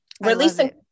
releasing